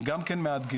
הם גם כן מאתגרים.